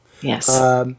Yes